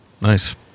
nice